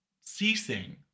ceasing